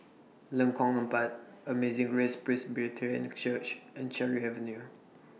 Lengkong Empat Amazing Grace Presbyterian Church and Cherry Avenue